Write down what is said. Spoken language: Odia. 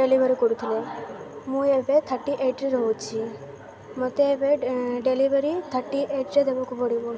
ଡେଲିଭରି କରୁଥିଲେ ମୁଁ ଏବେ ଥାର୍ଟି ଏଇଟ୍ରେ ରହୁଛି ମତେ ଏବେ ଡେଲିଭରି ଥାର୍ଟି ଏଇଟ୍ରେ ଦେବାକୁ ପଡ଼ିବ